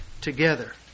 together